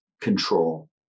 control